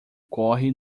corre